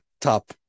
top